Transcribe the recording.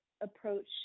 approach